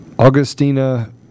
Augustina